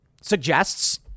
suggests